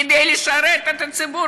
כדי לשרת את הציבור